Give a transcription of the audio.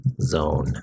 zone